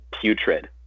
putrid